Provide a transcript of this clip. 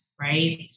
right